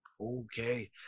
okay